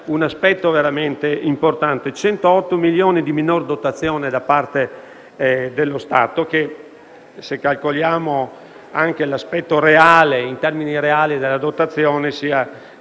un aspetto veramente importante. 108 milioni di euro di minore dotazione da parte dello Stato che, se calcoliamo anche l'aspetto reale, in termini reali, della dotazione, ci